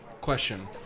Question